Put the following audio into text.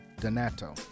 Donato